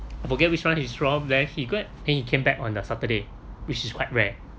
I forget which one is from where he got and he came back on the saturday which is quite rare